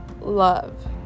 love